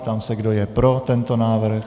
Ptám se, kdo je pro tento návrh.